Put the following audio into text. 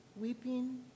weeping